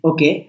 Okay